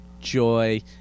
Joy